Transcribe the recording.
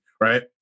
right